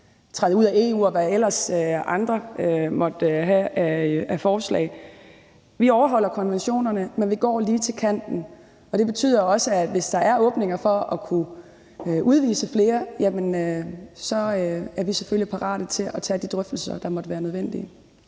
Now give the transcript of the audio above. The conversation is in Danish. træde ud af EU, og hvad andre ellers måtte have af forslag. Vi går ind for at overholde konventionerne, men vi går lige til kanten, og det betyder også, at hvis der er åbninger for at kunne udvise flere, så er vi selvfølgelig parate til at tage de drøftelser, der måtte være nødvendige.